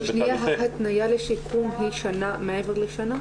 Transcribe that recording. --- ההתנייה לשיקום היא מעבר לשנה?